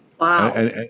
Wow